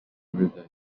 rivers